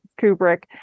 Kubrick